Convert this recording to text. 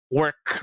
work